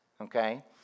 okay